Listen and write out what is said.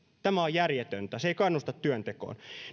tämä on järjetöntä se ei kannusta työntekoon